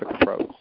approach